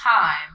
time